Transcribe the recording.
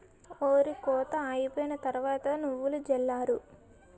ఒరి కోత అయిపోయిన తరవాత నువ్వులు జల్లారు